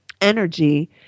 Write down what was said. energy